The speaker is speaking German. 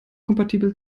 kompatibel